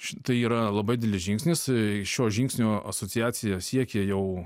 šitai yra labai didelis žingsnis šio žingsnio asociacija siekė jau